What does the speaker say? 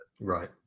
right